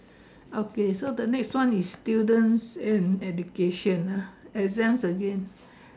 okay so the next one is students and education ah exams again